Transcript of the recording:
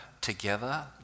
together